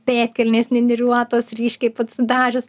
pėdkelnės nėniriuotos ryškiai patsidažius